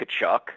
Kachuk